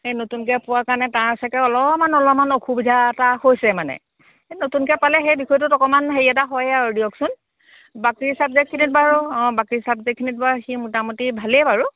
সেই নতুনকৈ পোৱাৰ কাৰণে তাৰ চাগে অলপমান অলপমান অসুবিধা এটা হৈছে মানে এই নতুনকৈ পালে সেই বিষয়টোত অকণমান হেৰি এটা হয়েই আৰু দিয়কচোন বাকী চাব্জেক্টখিনিত বাৰু অঁ বাকী চাব্জেক্টখিনিত বাৰু সি মোটামুটি ভালেই বাৰু